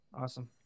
Awesome